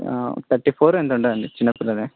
thirty four ఎంతండండి చిన్న పిల్లనే